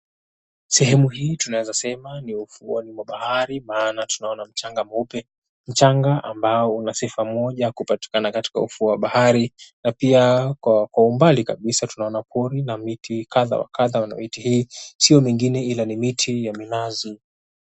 Sehemu hii tunaweza kusema ni ufuo wa bahari maana tunaona mchanga mweupe, mchanga ambao una sifa moja kupatikana katika ufuo wa bahari na pia kwa kwa umbali kabisa tunaona pori na miti kadha wa kadha na miti hii sio mengine ila ni miti ya minazi.